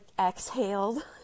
exhaled